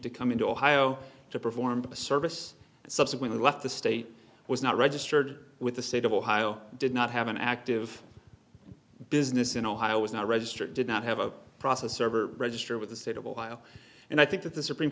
to come into ohio to perform a service and subsequently left the state was not registered with the state of ohio did not have an active business in ohio was not registered did not have a process server register with the state of ohio and i think that the supreme